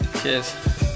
cheers